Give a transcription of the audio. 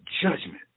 judgment